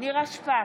נירה שפק,